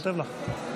כותב לך.